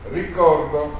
ricordo